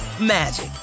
magic